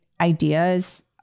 ideas